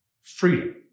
Freedom